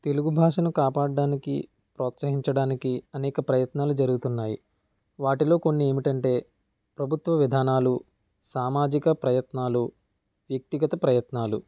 తెలుగు భాషను కాపాడడానికి ప్రోత్సహించడానికి అనేక ప్రయత్నాలు జరుగుతున్నాయి వాటిలో కొన్ని ఏమిటంటే ప్రభుత్వ విధానాలు సామాజిక ప్రయత్నాలు వ్యక్తిగత ప్రయత్నాలు